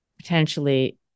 potentially